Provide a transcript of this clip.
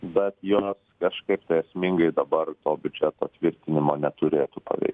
bet jos kažkaip tai esmingai dabar to biudžeto tvirtinimo neturėtų paveikti